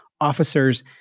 officers